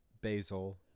basil